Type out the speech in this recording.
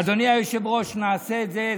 אדוני היושב-ראש, נעשה את זה.